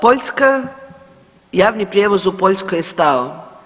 Poljska, javni prijevoz u Poljskoj je stao.